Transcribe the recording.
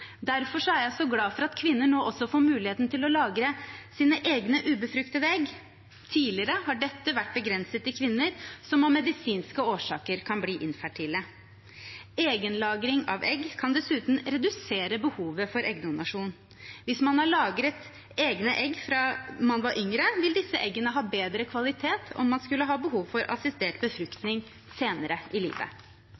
er jeg glad for at kvinner nå også får muligheten til å lagre sine egne ubefruktede egg. Tidligere har dette vært begrenset til kvinner som av medisinske årsaker kan bli infertile. Egenlagring av egg kan dessuten redusere behovet for eggdonasjon. Hvis man har lagret egne egg fra man var yngre, vil disse eggene ha bedre kvalitet om man skulle ha behov for assistert